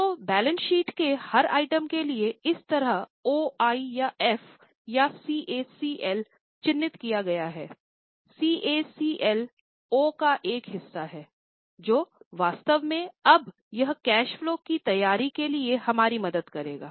तोबैलेंस sheet के हर item के लिए इस तरह ओ आई या एफ या सीए सीएल चिह्नित किया गया है सीएसीएल ओ का एक हिस्सा है जो वास्तव में अब यह कैश फलो की तैयारी के लिए हमारी मदद करेगा